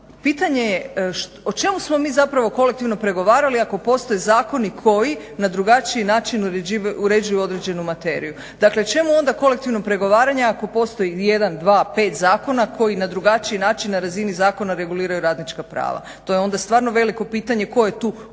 Pitanje je o čemu smo mi zapravo kolektivno pregovarali ako postoje zakoni koji na drugačiji način uređuju određenu materiju? Dakle, čemu onda kolektivno pregovaranje ako postoji jedan, dva, pet zakona koji na drugačiji način na razini zakona reguliraju radnička prava? To je onda stvarno veliko pitanje tko je tu o čemu